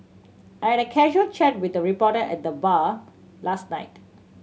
I had a casual chat with a reporter at the bar last night